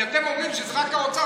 כי אתם אומרים שזה רק האוצר,